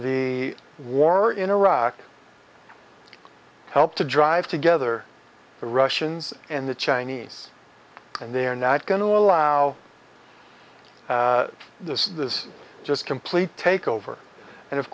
the war in iraq helped to drive together the russians and the chinese and they're not going to allow the swiss just completely take over and of